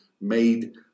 made